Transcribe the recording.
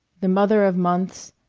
the mother of months.